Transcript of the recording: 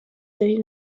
their